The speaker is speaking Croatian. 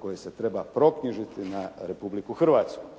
koje se treba proknjižiti na Republiku Hrvatsku.